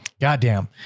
Goddamn